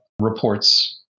reports